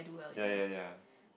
ya ya ya